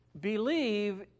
Believe